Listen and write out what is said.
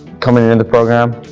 coming in the program,